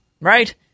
Right